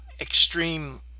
extreme